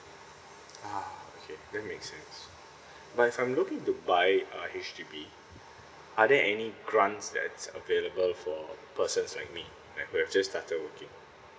ah okay that makes sense but if I'm looking to buy a H_D_B are there any grants that's available for persons like me like who have just started working